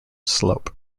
slope